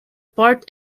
part